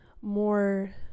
more